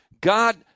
God